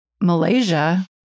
Malaysia